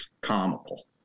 comical